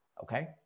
okay